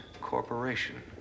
Corporation